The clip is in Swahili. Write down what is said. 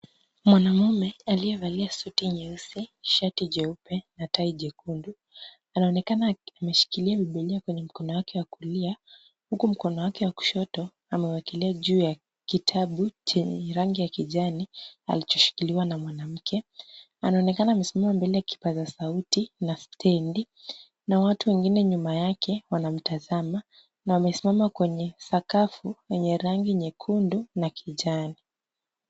Mwanamume aliyevalia suti nyeusi shati jeupe na tai jekundu. Anaonekana ameshikilia Bibilia kwenye mkono wake wa kulia huku mkono wake wa kushoto amewakilia juu ya kitabu chenye rangi ya kijani, alichoshikiliwa na mwanamke. Anaonekana amesimama mbele ya kipaza sauti na stendi na watu wengine nyuma yake wanamtazama na wamesimama wenye sakafu yenye rangi nyekundu na kijani.